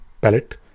palette